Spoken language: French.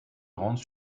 grande